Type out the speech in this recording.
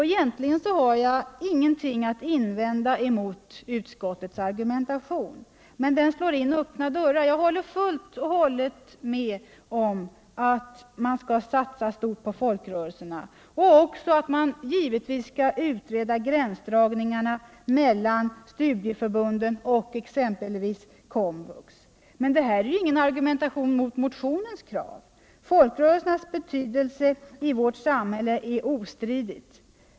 Egentligen har jag ingenting att invända mot utskottets argumentation, men den slår in öppna dörrar. Jag håller helt och hållet med om att man skall satsa stort på folkrörelserna och att man också skall utreda gränsdragningarna mellan studicförbunden och exempelvis Komvux. Men det här är ju ingen argumentation mot motionens krav. Folkrörelsernas betydelse i vårt samhälle är ostridig.